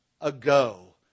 ago